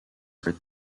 were